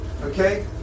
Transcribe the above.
Okay